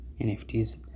NFTs